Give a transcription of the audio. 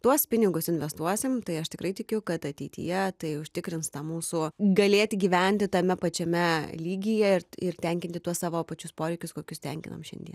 tuos pinigus investuosim tai aš tikrai tikiu kad ateityje tai užtikrins tą mūsų galėti gyventi tame pačiame lygyje ir tenkinti tuos savo pačius poreikius kokius tenkinam šiandien